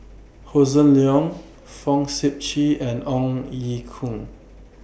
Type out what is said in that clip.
Hossan Leong Fong Sip Chee and Ong Ye Kung